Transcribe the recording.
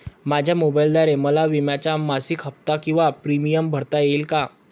माझ्या मोबाईलद्वारे मला विम्याचा मासिक हफ्ता किंवा प्रीमियम भरता येईल का?